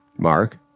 Mark